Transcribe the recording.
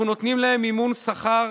אנחנו נותנים להם מימון שכר